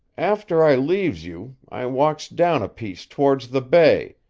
after i leaves you, i walks down a piece towards the bay,